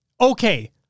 okay